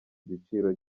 giciro